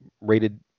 Rated